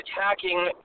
attacking